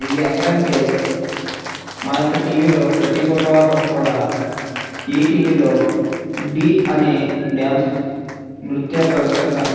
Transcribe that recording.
ఇవి ఎక్కడంటే మా యొక్క టీవీలో ప్రతి బుధవారం కూడా ఈటీవీలో ఢీ అనే డ్యాన్స్ నృత్య ప్రదర్శన